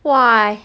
!wah!